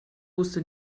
wusste